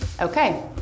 Okay